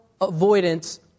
avoidance